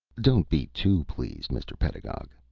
don't be too pleased, mr. pedagog,